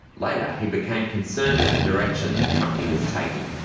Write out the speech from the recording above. later he became concerned at the direction the company was taking.